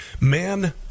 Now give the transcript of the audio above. Man